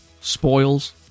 spoils